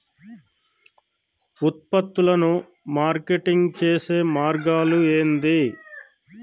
ఉత్పత్తులను మార్కెటింగ్ చేసే మార్గాలు ఏంది?